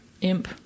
imp